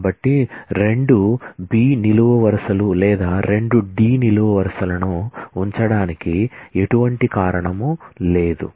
కాబట్టి రెండు B నిలువు వరుసలు లేదా రెండు D నిలువు వరుసలను ఉంచడానికి ఎటువంటి కారణం లేదు